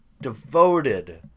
devoted